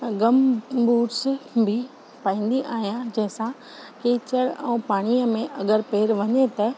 गम boots बि पाईंदी आहियां जंहिंसां कीचड़ ऐं पाणीअ में अगरि पेरु वञे त